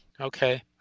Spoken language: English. okay